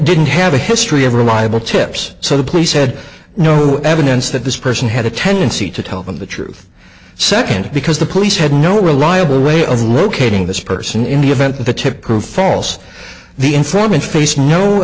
didn't have a history of reliable tips so the police had no evidence that this person had a tendency to tell them the truth second because the police had no reliable way of locating this person in the event the tip grew false the informant faced no